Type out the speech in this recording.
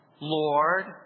Lord